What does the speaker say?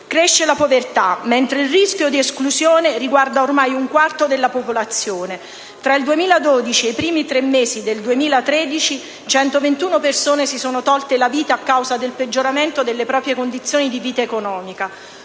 Cresce la povertà, mentre il rischio di esclusione riguarda ormai un quarto della popolazione. Tra il 2012 e i primi tre mesi del 2013 sono 121 le persone che si sono tolte la vita a causa del peggioramento delle proprie condizioni economiche.